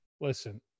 listen